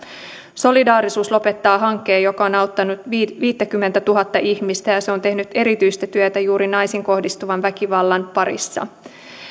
solidaarisuus lopettaa hankkeen joka on auttanut viittäkymmentätuhatta ihmistä ja se on tehnyt erityistä työtä juuri naisiin kohdistuvan väkivallan parissa